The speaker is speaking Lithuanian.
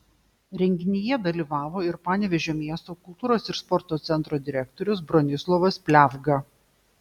renginyje dalyvavo ir panevėžio miesto kultūros ir sporto centro direktorius bronislovas pliavga